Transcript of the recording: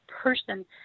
person